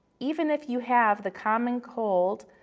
even if you have the common cold,